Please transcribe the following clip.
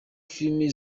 film